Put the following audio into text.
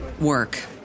work